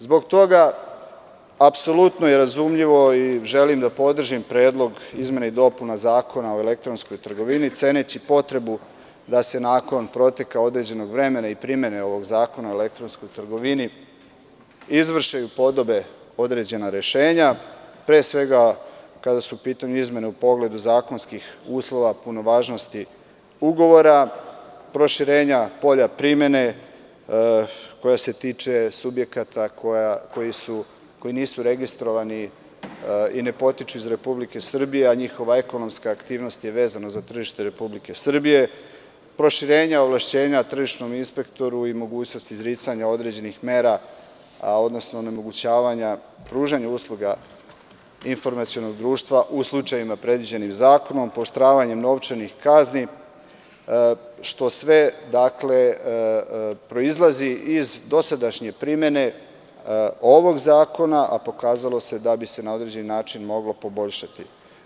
Zbog toga, apsolutno je razumljivo i želim da podržim predlog izmena i dopuna Zakona o elektronskoj trgovini, ceneći potrebu da se nakon proteka određenog vremena i primene ovog zakona o elektronskoj trgovini izvrše i upodobe određena rešenja, pre svega kada su u pitanju izmene u pogledu zakonskih uslova punovažnosti ugovora, proširenja polja primene koja se tiče subjekata koji nisu registrovani i ne potiču iz Republike Srbije, a njihova ekonomska aktivnost je vezana za tržište Republike Srbije, proširenja ovlašćenja tržišnom inspektoru i mogućnost izricanja određenih mera odnosno onemogućavanja pružanja usluga informacionog društva u slučajevima predviđenim zakonom, pooštravanjem novčanih kazni, što sve proizlazi iz dosadašnje primene ovog zakona, a pokazalo bi se da bi se na određeni način moglo poboljšati.